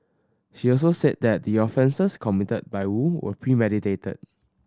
she also said that the offences committed by Woo were premeditated